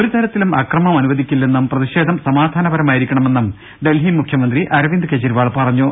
ഒരുതരത്തിലും അക്രമം അനുവദിക്കില്ലെന്നും പ്രതിഷേധം സമാ ധാനപരമായിരിക്കണമെന്നും ഡൽഹി മുഖ്യമന്ത്രി അരവിന്ദ് കെജ്രിവാൾ പറ ഞ്ഞു